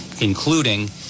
including